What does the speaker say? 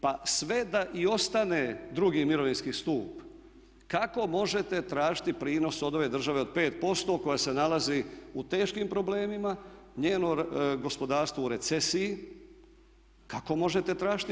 Pa sve da i ostane drugi mirovinski stup kako možete tražiti prinos od ove države od 5% koja se nalazi u teškim problemima, njeno gospodarstvo u recesiji, kako možete tražiti 5%